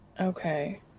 Okay